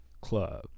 Club